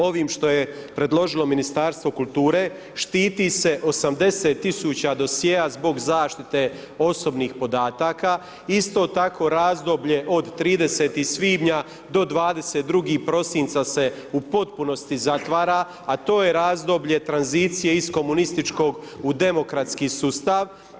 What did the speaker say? Ovim što je predložilo Ministarstvo kulture štiti se 80 000 dosjea zbog zaštite osobnih podataka, isto tako razdoblje od 30. svibnja do 22. prosinca se u potpunosti zatvara a to je razdoblje tranzicije iz komunističkog u demokratski sustav.